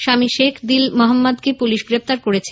স্বামী শেখ দিল মহম্মদকে পুলিশ গ্রেপ্তার করেছে